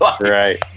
Right